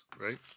right